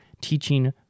teaching